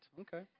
Okay